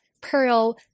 Pearl